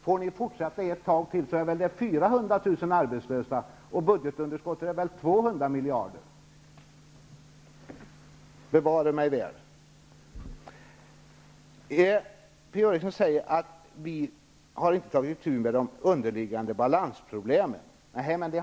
Får ni fortsätta ett tag till, är väl 400 000 arbetslösa och budgetunderskottet 200 miljarder. Per-Ola Eriksson säger att vi inte har tagit itu med de underliggande balansproblemen. Har ni gjort det?